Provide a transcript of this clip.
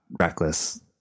reckless